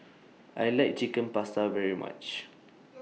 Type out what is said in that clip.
I like Chicken Pasta very much